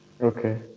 Okay